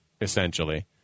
essentially